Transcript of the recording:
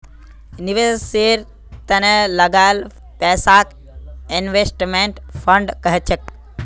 निवेशेर त न लगाल पैसाक इन्वेस्टमेंट फण्ड कह छेक